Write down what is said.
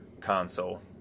console